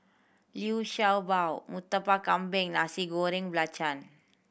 Liu Sha Bao Murtabak Kambing Nasi Goreng Belacan